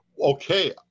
okay